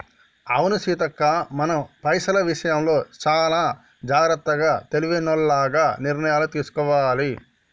అవును సీతక్క మనం పైసల విషయంలో చానా జాగ్రత్తగా తెలివైనోల్లగ నిర్ణయాలు తీసుకోవాలి